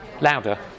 louder